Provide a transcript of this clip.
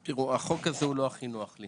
תיראו, החוק הזה הוא לא הכי נוח לי